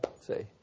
Say